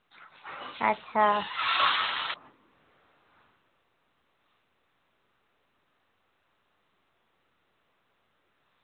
अच्छा